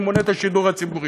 ואני מונה את השידור הציבורי,